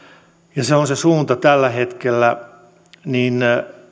ja se on se suunta tällä hetkellä niin